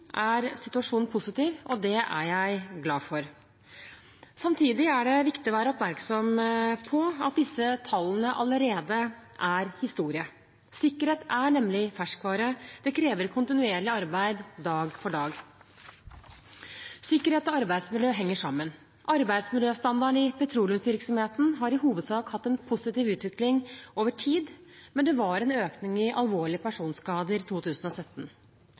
er situasjonen positiv, og det er jeg glad for. Samtidig er det viktig å være oppmerksom på at disse tallene allerede er historie. Sikkerhet er nemlig ferskvare. Det krever kontinuerlig arbeid, dag for dag. Sikkerhet og arbeidsmiljø henger sammen. Arbeidsmiljøstandarden i petroleumsvirksomheten har i hovedsak hatt en positiv utvikling over tid, men det var en økning i alvorlige personskader i 2017.